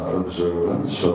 observance